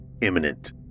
imminent